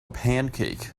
pancake